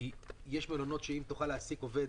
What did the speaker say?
יש מלונות שאם תוכל להעסיק עובד